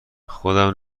خودمم